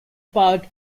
part